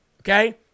Okay